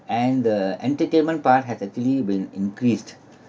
and the entertainment part has actually been increased